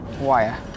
wire